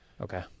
Okay